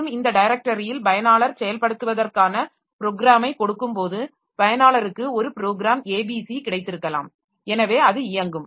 மற்றும் இந்த டைரக்டரியில் பயனாளர் செயல்படுத்துவதற்கான ப்ரோக்ராமை கொடுக்கும்போது பயனாளருக்கு ஒரு ப்ரோக்ராம் abc கிடைத்திருக்கலாம் எனவே அது இயங்கும்